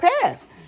past